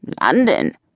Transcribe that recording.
London